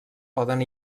poden